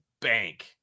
bank